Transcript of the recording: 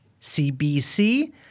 CBC